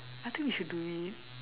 I think we should do it